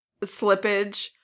slippage